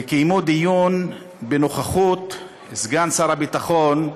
וקיימו דיון בנוכחות סגן שר הביטחון,